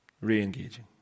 Re-engaging